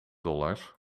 dollars